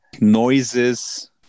noises